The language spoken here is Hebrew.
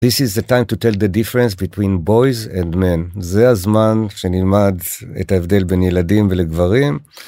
This is the time to tell the difference between boys and men. זה הזמן שנלמד את ההבדל בין ילדים ולגברים.